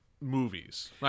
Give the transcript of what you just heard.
movies